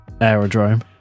Aerodrome